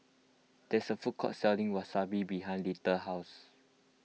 there is a food court selling Wasabi behind Little house